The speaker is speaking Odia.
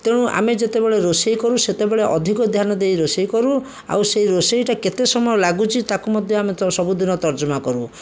ତେଣୁ ଆମେ ଯେତେବେଳେ ରୋଷେଇ କରୁ ସେତେବେଳେ ଅଧିକ ଧ୍ୟାନ ଦେଇ ରୋଷେଇ କରୁ ଆଉ ସେହି ରୋଷେଇଟା କେତେ ସମୟ ଲାଗୁଛି ତାକୁ ମଧ୍ୟ ଆମେ ସବୁଦିନ ତର୍ଜମା କରୁ